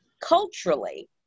Culturally